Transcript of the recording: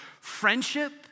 friendship